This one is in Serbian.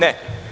Ne.